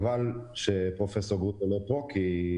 חבל שפרופסור גרוטו כבר לא נוכח בדיון,